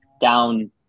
down